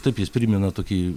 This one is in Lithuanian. taip jis primena tokį